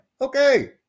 Okay